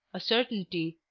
a certainty,